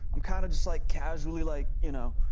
i'm kind of just, like, casually, like, you know.